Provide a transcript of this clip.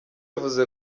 yavuze